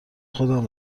خودم